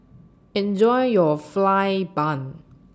Enjoy your Fried Bun